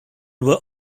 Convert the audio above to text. were